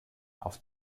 auf